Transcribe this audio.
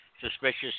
suspicious